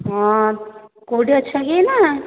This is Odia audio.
ହଁ କେଉଁଠି ଅଛକି ଏହିନା